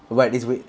what this week